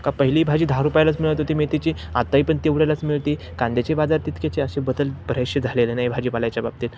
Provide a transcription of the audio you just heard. का पहिली भाजी दहा रुपयालाच मिळत होती मेथीची आत्ताही पण तेवढ्यालाच मिळते कांद्याची बाजार तितकेसे असे बदल बरेचसे झालेले नाही भाजीपाल्याच्या बाबतीत